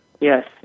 Yes